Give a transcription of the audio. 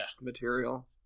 material